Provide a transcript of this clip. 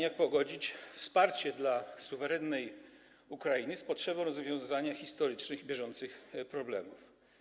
Jak pogodzić wsparcie dla suwerennej Ukrainy z potrzebą rozwiązania historycznych i bieżących problemów?